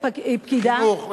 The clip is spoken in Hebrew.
חינוך.